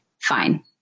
fine